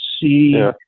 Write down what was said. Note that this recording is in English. see